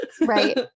right